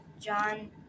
John